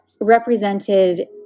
represented